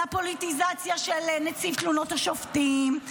על הפוליטיזציה של נציב תלונות השופטים,